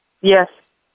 Yes